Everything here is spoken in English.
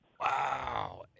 Wow